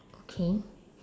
okay